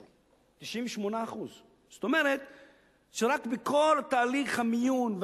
98%. זאת אומרת שבכל תהליך המיון,